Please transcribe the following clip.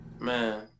man